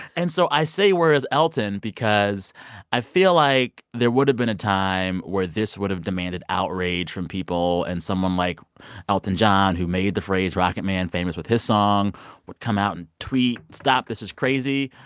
and so i say, where is elton? because i feel like there would've been a time where this would've demanded outrage from people. and someone like elton john, who made the phrase rocket man famous with his song would come out and tweet, stop, this is crazy.